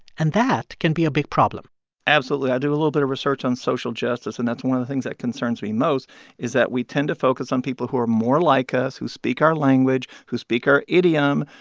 and that can be a big problem absolutely. i do a little bit of research on social justice, and that's one of the things that concerns me most is that we tend to focus on people who are more like us, who speak our language, who speak our idiom,